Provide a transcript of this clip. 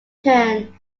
turn